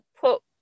put